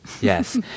Yes